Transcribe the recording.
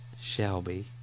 Shelby